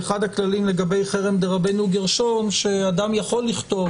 ואחד הכללים לגבי חרם דרבנו גרשום שאדם יכול לכתוב